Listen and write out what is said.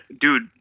dude